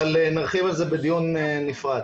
אבל נרחיב על זה בדיון נפרד.